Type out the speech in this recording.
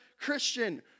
Christian